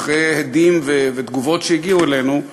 ואחרי הדים ותגובות שהגיעו אלינו,